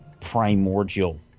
primordial